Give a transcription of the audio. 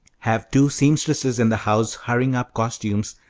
have two seamstresses in the house hurrying up costumes,